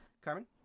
carmen